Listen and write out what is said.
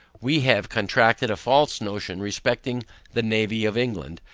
we have contracted a false notion respecting the navy of england,